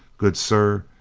good sir,